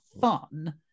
fun